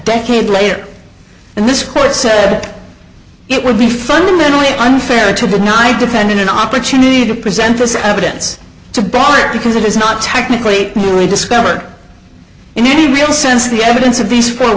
decade later and this court said it would be fundamentally unfair to the night defendant an opportunity to present this evidence to bart because it is not technically newly discovered in any real sense the evidence of these